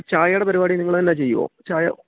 അപ്പോൾ ചായയുടെ പരിപാടി നിങ്ങൾ തന്നെ ചെയ്യുമോ ചായ